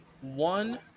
one